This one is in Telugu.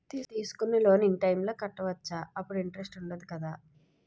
తీసుకున్న లోన్ ఇన్ టైం లో కట్టవచ్చ? అప్పుడు ఇంటరెస్ట్ వుందదు కదా?